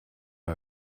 mal